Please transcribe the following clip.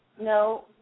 no